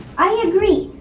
i agree,